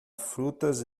frutas